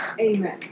Amen